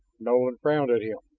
nolan frowned at him.